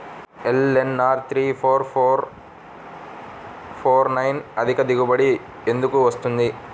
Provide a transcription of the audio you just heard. LNR three four four four nine అధిక దిగుబడి ఎందుకు వస్తుంది?